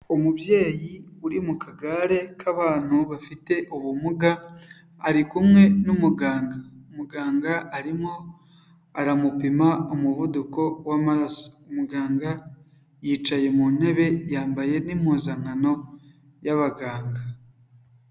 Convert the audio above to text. Umubyeyi uri mu kagare k'abantu bafite ubumuga, ari kumwe n'umuganga, muganga arimo aramupima umuvuduko w'amaraso, muganga yicaye mu ntebe yambaye n'impuzankano y'abaganga.